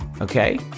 Okay